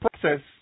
process